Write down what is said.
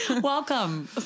Welcome